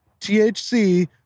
THC